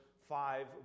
five